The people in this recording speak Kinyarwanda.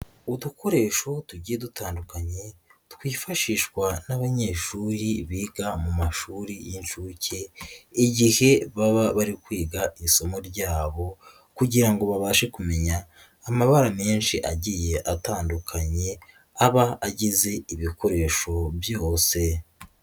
Udukoresho tugiye dutandukanye twifashishwa n'abanyeshuri biga mu mashuri y'inshuke, igihe baba bari kwiga isomo ryabo kugira ngo babashe kumenya amabara menshi agiye atandukanye aba agize ibikoresho byose.